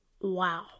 Wow